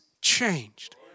changed